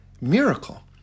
miracle